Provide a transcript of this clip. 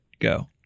Go